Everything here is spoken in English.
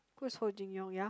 who's hong-Jin-Young yeah